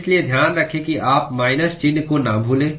इसलिए ध्यान रखें कि आप माइनस चिह्न को न भूलें